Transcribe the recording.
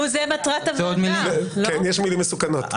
מילים מסוכנות.